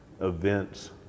events